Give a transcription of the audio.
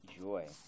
joy